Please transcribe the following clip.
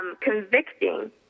convicting